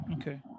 Okay